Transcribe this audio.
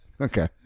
Okay